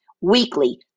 Weekly